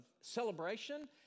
celebration